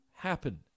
Happen